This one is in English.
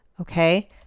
okay